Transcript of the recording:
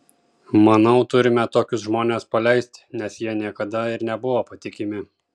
manau turime tokius žmones paleisti nes jie niekada ir nebuvo patikimi